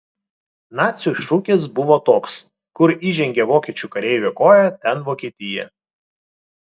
nacių šūkis buvo toks kur įžengė vokiečių kareivio koja ten vokietija